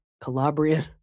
Calabrian